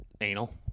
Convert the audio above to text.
anal